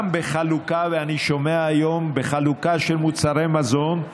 גם בחלוקה, ואני שומע היום שבחלוקה של מוצרי מזון,